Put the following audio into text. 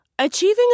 Achieving